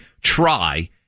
try